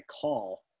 call